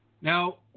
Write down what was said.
Now